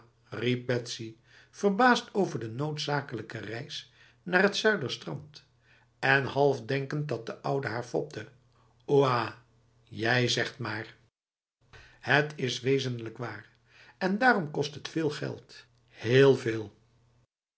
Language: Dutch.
verbaasd over de noodzakelijke reis naar het zuiderstrand en half denkend dat de oude haar fopte oeah jij zegt maar het is wezenlijk waar en daarom kost het veel geld heel veel